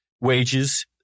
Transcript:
wages